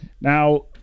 Now